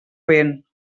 vent